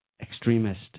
extremist